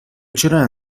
چرا